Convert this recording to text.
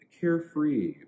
carefree